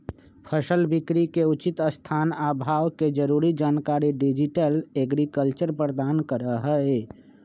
फसल बिकरी के उचित स्थान आ भाव के जरूरी जानकारी डिजिटल एग्रीकल्चर प्रदान करहइ